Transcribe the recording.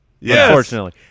unfortunately